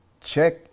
check